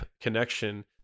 connection